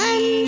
One